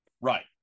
Right